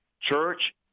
Church